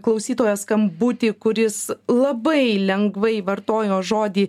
klausytojo skambutį kuris labai lengvai vartojo žodį